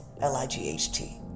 L-I-G-H-T